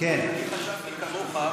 אני חשבתי כמוך,